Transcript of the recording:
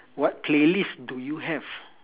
what playlist do you have